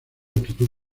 longitud